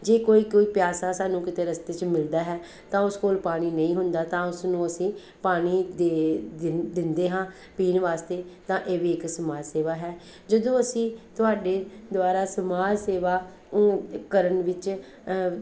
ਜੇ ਕੋਈ ਕੋਈ ਪਿਆਸਾ ਸਾਨੂੰ ਕਿਤੇ ਰਸਤੇ 'ਚ ਮਿਲਦਾ ਹੈ ਤਾਂ ਉਸ ਕੋਲ ਪਾਣੀ ਨਹੀਂ ਹੁੰਦਾ ਤਾਂ ਉਸਨੂੰ ਅਸੀਂ ਪਾਣੀ ਦੇ ਦਿ ਦਿੰਦੇ ਹਾਂ ਪੀਣ ਵਾਸਤੇ ਤਾਂ ਇਹ ਵੀ ਇੱਕ ਸਮਾਜ ਸੇਵਾ ਹੈ ਜਦੋਂ ਅਸੀਂ ਤੁਹਾਡੇ ਦੁਆਰਾ ਸਮਾਜ ਸੇਵਾ ਉਹ ਕਰਨ ਵਿੱਚ